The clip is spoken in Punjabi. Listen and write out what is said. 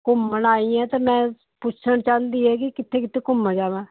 ਘੁੰਮਣ ਆਈ ਐਂ ਅਤੇ ਮੈਂ ਪੁੱਛਣ ਚਾਹੁੰਦੀ ਹੈਗੀ ਕਿੱਥੇ ਕਿੱਥੇ ਘੁੰਮਣ ਜਾਵਾਂ